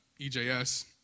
EJS